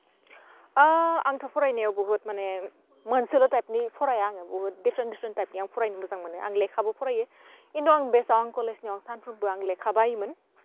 ओह आंथ फरायनायआव बुहुथ माने मोनसेल' टाइपनि फराया आङो बुहुथ डिफ्रेन्ट डिफ्रेन्ट आं फरायनो मोजां मोनो आं लेखाबो फराययो खिन्थु आं बेसाव कलेजनियाव सानफ्रोमबो आं लेखा बाययोमोन